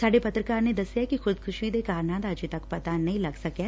ਸਾਡੇ ਪੱਤਰਕਾਰ ਦਸਿਆ ਕਿ ਖੁਦਕਸ਼ੀ ਦੇ ਕਾਰਨਾਂ ਦਾ ਅਜੈ ਤਕ ਪਤਾ ਨਹੀ ਲੱਗ ਸਕਿਐ